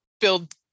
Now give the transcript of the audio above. build